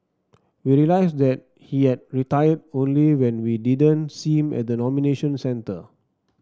we realised that he had retired only when we didn't see him at the nomination centre